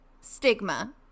Stigma